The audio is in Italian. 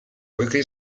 poiché